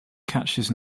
catches